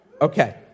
Okay